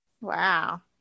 Wow